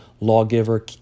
lawgiver